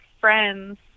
friends